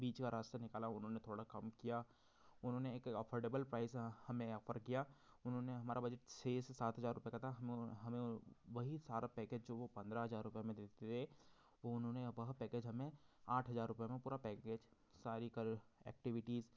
बीच का रास्ता निकाला उन्होंने थोड़ा कम किया उन्होंने एक अफॉर्डेबल प्राइजज़ हमें ऑफर किया उन्होंने हमारा बजट छः से सात हज़ार रुपये का था हमें हमें वही सारा पैकेज जो वो पंद्रह हज़ार रुपये में देते थे वो उन्होंने अब वह पैकेज हमें आठ हज़ार रुपये में पूरा पैकेज सारी कल एक्टिविटीज़